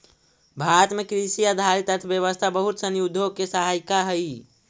भारत में कृषि आधारित अर्थव्यवस्था बहुत सनी उद्योग के सहायिका हइ